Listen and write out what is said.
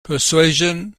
persuasion